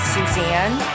Suzanne